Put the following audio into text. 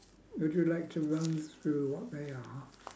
would you like to run through what they are